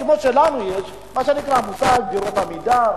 כמו שלנו יש מה שנקרא דירות "עמידר",